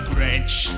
Grinch